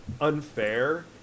unfair